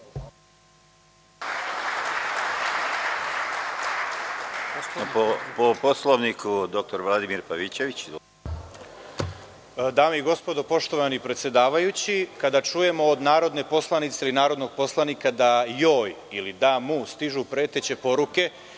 po Poslovniku. **Vladimir Pavićević** Član 112.Dame i gospodo, poštovani predsedavajući, kada čujemo od narodne poslanice ili narodnog poslanika da joj ili da mu stižu preteće poruke,